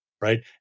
right